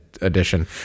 edition